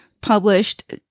published